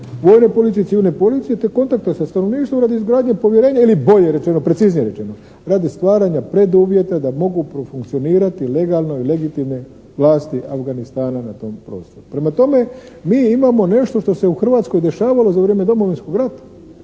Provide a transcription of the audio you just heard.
vojne policije i civilne policije te kontakte sa stanovništvom radi izgradnje povjerenja ili bolje rečeno, preciznije rečeno radi stvaranja preduvjeta da mogu profunkcionirat legalno i legitimne vlasti Afganistana na tom prostoru. Prema tome, mi imamo nešto što se u Hrvatskoj dešavalo za vrijeme Domovinskog rata,